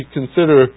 consider